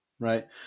right